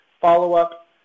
Follow-up